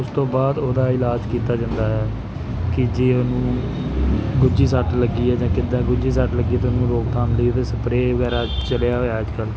ਉਸ ਤੋਂ ਬਾਅਦ ਉਹਦਾ ਇਲਾਜ ਕੀਤਾ ਜਾਂਦਾ ਹੈ ਕਿ ਜੇ ਉਹਨੂੰ ਗੁੱਝੀ ਸੱਟ ਲੱਗੀ ਹੈ ਜਾਂ ਕਿੱਦਾਂ ਗੁੱਝੀ ਸੱਟ ਲੱਗੀ ਤਾਂ ਉਹਨੂੰ ਰੋਕਥਾਮ ਲਈ 'ਤੇ ਸਪਰੇ ਵਗੈਰਾ ਚੱਲਿਆ ਹੋਇਆ ਅੱਜ ਕੱਲ੍ਹ